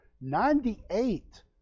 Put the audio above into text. Ninety-eight